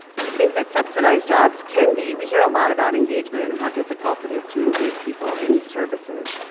we think that subsidized jobs can be, we hear a lot about engagement and how difficult it is to engage people in services.